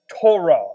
Torah